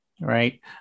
Right